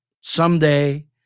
someday